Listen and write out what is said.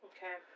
Okay